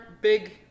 big